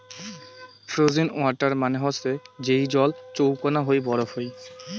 frozen water মানে হসে যেই জল চৌকুনা হই বরফ হই